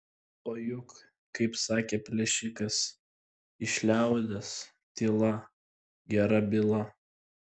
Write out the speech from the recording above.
o juk kaip sakė plėšikas iš liaudies tyla gera byla